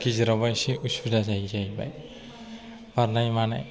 गेजेरावबा एसे असुबिदा जायो जाहैबाय खारनाय मानाय